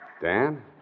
Dan